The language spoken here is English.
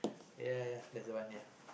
ya ya that's the one ya